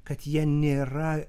kad jie nėra